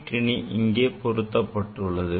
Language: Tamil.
கிற்றிணி இங்கே பொருத்தப்பட்டுள்ளது